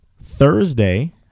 Thursday